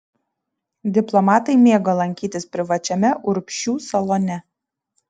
diplomatai mėgo lankytis privačiame urbšių salone